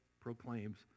proclaims